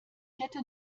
hätte